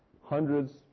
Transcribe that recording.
hundreds